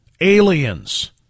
aliens